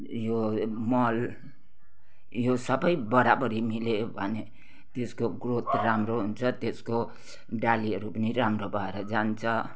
यो मल यो सबै बराबरी मिल्यो भने त्यसको ग्रोथ राम्रो हुन्छ त्यसको डालीहरू पनि राम्रो भएर जान्छ